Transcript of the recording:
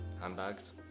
Handbags